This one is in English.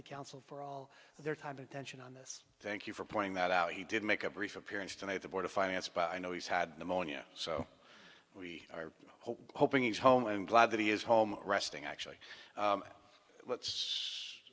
the council for all their time attention on this thank you for pointing that out he did make a brief appearance tonight the board of finance but i know he's had pneumonia so we are hoping he's home i'm glad that he is home resting actually let's